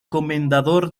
comendador